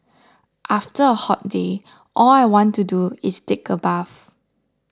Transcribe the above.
after a hot day all I want to do is take a bath